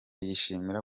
yishimira